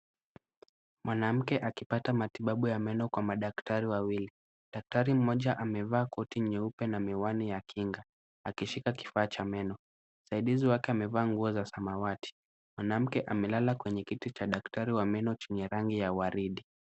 Mwanamke akipata matibabu ya meno kutoka kwa madaktari wawili. Daktari mmoja amevaa koti nyeupe na ana miwani ya kinga, akishika kifaa cha meno. Msaidizi wake amevaa nguo za samawati. Mwanamke amelala kwenye kiti cha menoo chenye rangi ya waridi.